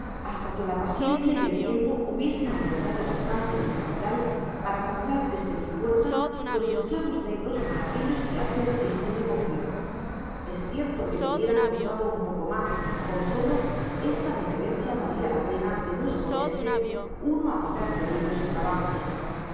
hasta que la paciencia y el tiempo hubiesen aumentado bastante mi capital para comprar desde mi puerta los esclavos negroa á aquellos que hacen este negocio es cierto que me hubieran costado un poco mas con todo esta diferencia valia la pena de no esponerse uno á pasar peligros y trabajos mas